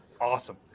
awesome